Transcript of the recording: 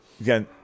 Again